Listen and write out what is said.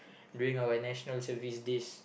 during out National Service days